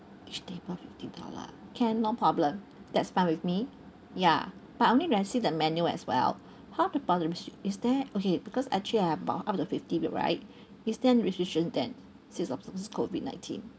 each table fifty dollar can no problem that's fine with me ya but I'll need to receive the menu as well how about the restri~ is there okay because actually I have about up to fifty people right is there any restriction then since this COVID nineteen